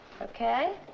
Okay